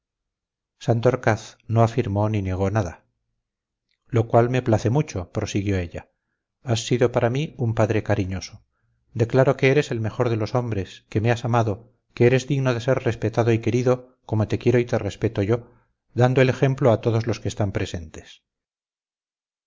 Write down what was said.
santorcaz no afirmó ni negó nada lo cual me place mucho prosiguió ella has sido para mí un padre cariñoso declaro que eres el mejor de los hombres que me has amado que eres digno de ser respetado y querido como te quiero y te respeto yo dando el ejemplo a todos los que están presentes